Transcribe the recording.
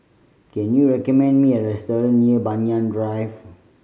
can you recommend me a restaurant near Banyan Drive